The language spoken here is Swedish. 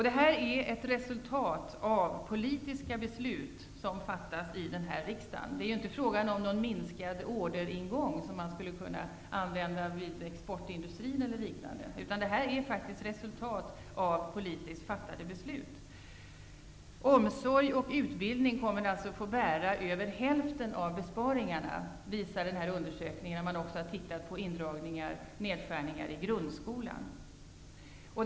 Detta är ett resultat av politiska beslut som fattas i den här riksdagen. Det är inte fråga om någon minskad orderingång, som fallet kan vara i t.ex. exportindustrin. Det är faktiskt resultatet av politiskt fattade beslut. I den här undersökningen har man också tittat på nedskärningarna i grundskolan. Det konstateras att omsorgen och utbildningen kommer att få bära över hälften av besparingarna.